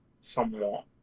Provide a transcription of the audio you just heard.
somewhat